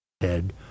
head